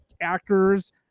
actors